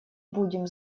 будем